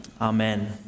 Amen